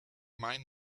mine